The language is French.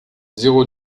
zéro